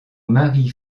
marie